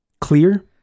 clear